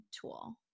tool